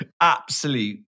Absolute